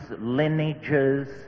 lineages